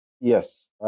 Yes